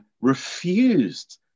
refused